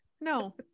no